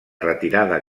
retirada